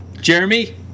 Jeremy